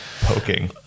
Poking